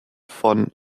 von